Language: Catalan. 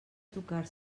tocar